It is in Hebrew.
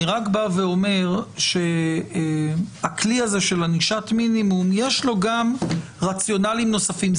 אני רק אומר שלכלי של ענישת מינימום יש גם רציונלים נוספים.